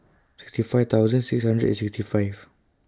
sixty five thousand six hundred and sixty five